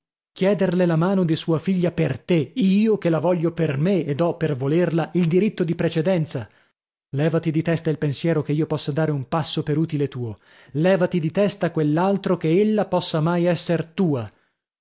chiederle la mano di sua figlia per te io che la voglio per me ed ho per volerla il diritto di precedenza lèvati di testa il pensiero che io possa dare un passo per utile tuo lèvati di testa quell'altro che ella possa mai esser tua